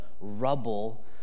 rubble